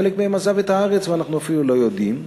חלק מהם עזב את הארץ ואנחנו אפילו לא יודעים.